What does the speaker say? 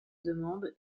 demande